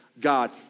God